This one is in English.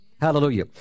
Hallelujah